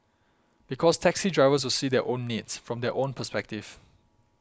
because taxi drivers will see their own needs from their own perspective